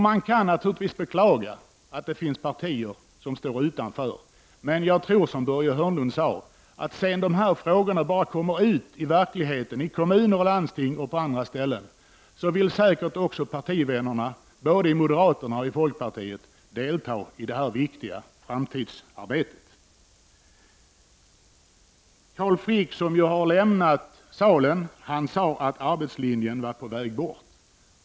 Man kan naturligtvis beklaga att det finns partier som står utanför, men jag tror som Börje Hörnlund, att sedan dessa frågor blir en del av verkligheten i kommuner, landsting och på andra ställen, vill säkert också partivännerna både i moderaterna och folkpartiet delta i detta viktiga framtidsarbete. Carl Frick, som har lämnat salen, sade att arbetslinjen var på väg bort.